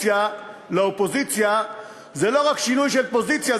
מהקואליציה לאופוזיציה זה לא רק שינוי של פוזיציה,